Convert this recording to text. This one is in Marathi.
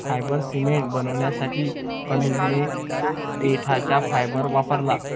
फायबर सिमेंट बनवण्यासाठी अनुजने देठाचा फायबर वापरला